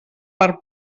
per